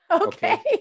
Okay